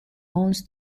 owns